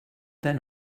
then